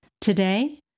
Today